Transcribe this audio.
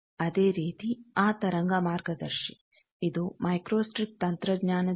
ಅದೇ ರೀತಿ ಆ ತರಂಗ ಮಾರ್ಗದರ್ಶಿ ಇದು ಮೈಕ್ರೋಸ್ಟ್ರಿಪ್ ತಂತ್ರಜ್ಞಾನದಲ್ಲಿದೆ